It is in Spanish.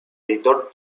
editor